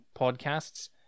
podcasts